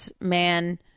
man